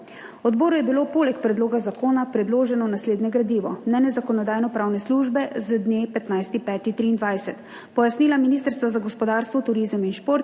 Odboru je bilo poleg predloga zakona predloženo naslednje gradivo: mnenje Zakonodajno-pravne službe z dne 15. 5. 2023, pojasnila Ministrstva za gospodarstvo, turizem in šport